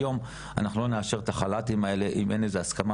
היום אנחנו לא נאשר החל"תים האלה אם אין לזה הסכמה